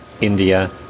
India